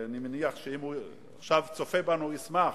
ואני מניח שאם הוא צופה בנו עכשיו הוא שמח,